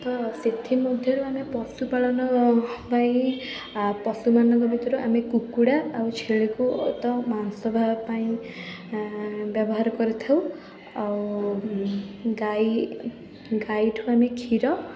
ତ ସେଥିମଧ୍ୟରୁ ଆମେ ପଶୁପାଳନ ଓ ଗାଈ ପଶୁମାନଙ୍କ ଭିତରୁ ଆମେ କୁକୁଡ଼ା ଆଉ ଛେଳିକୁ ଓ ତ ମାଂସ ପାଇବାପାଇଁ ବ୍ୟବହାର କରିଥାଉ ଆଉ ଗାଈ ଗାଈଠୁ ଆମେ କ୍ଷୀର